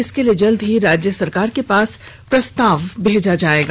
इसके लिए जल्द ही राज्य सरकार के पास प्रस्ताव भेजा जाएगा